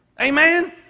Amen